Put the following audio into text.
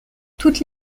toutes